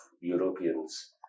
Europeans